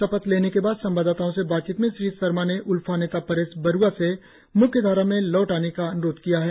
शपथ लेने के बाद संवाददाताओं से बातचीत में श्री सरमा ने उल्फा नेता परेश बरूआ से म्ख्य धारा में लौट आने का अन्रोध किया है